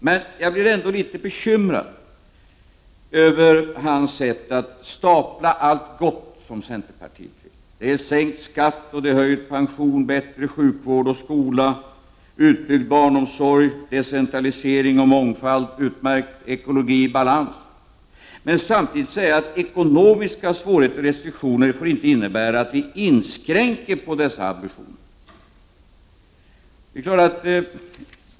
Men jag blir ändå litet bekymrad över hans sätt att stapla allt gott som centerpartiet önskar sig. Det är sänkt skatt, höjd pension, bättre sjukvård och skola, utbyggd barnomsorg, decentralisering och mångfald samt en ekologi i balans. Utmärkt! Men samtidigt säger han att ekonomiska restriktioner inte får innebära att vi inskränker på dessa ambitioner.